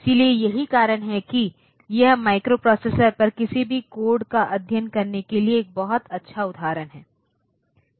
इसलिए यही कारण है कि यह माइक्रोप्रोसेसर पर किसी भी कोड का अध्ययन करने के लिए एक बहुत अच्छा उदाहरण है